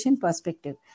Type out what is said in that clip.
perspective